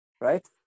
right